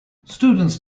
students